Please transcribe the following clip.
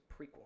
prequel